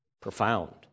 Profound